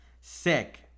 Sick